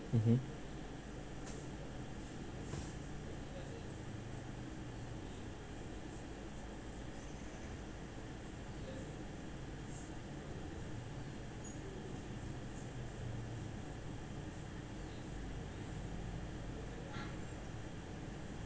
mmhmm